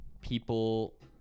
people